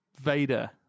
Vader